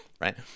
right